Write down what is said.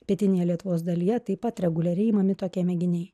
pietinėje lietuvos dalyje taip pat reguliariai imami tokie mėginiai